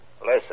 listen